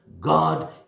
God